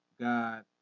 God